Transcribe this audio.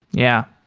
yeah.